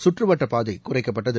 சுற்றுவட்டப் பாதை குறைக்கப்பட்டது